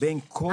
בין כל הגורמים.